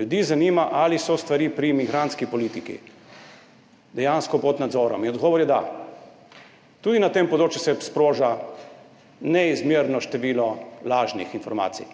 Ljudi zanima, ali so stvari pri migrantski politiki dejansko pod nadzorom. In odgovor je da. Tudi na tem področju se sproža neizmerno število lažnih informacij,